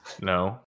no